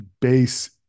base